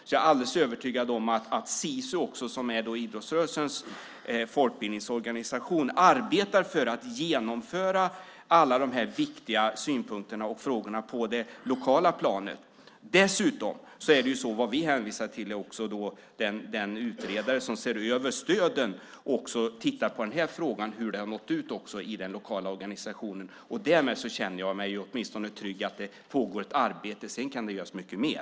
Jag är alldeles övertygad om att SISU, som är idrottsrörelsens folkbildningsorganisation, också arbetar med alla de här viktiga synpunkterna och frågorna på det lokala planet. Dessutom hänvisar vi till den utredare som ser över stöden. Det handlar om att den utredaren också tittar på den här frågan, hur det har nått ut i den lokala organisationen. Därmed känner jag mig åtminstone trygg i att det pågår ett arbete. Sedan kan det göras mycket mer.